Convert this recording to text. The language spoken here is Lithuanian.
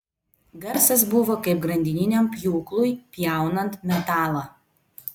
garsas buvo kaip grandininiam pjūklui pjaunant metalą